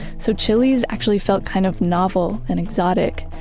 so chili's actually felt kind of novel and exotic.